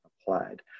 applied